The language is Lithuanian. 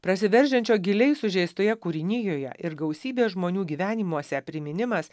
prasiveržiančio giliai sužeistoje kūrinijoje ir gausybės žmonių gyvenimuose priminimas